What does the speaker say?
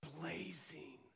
Blazing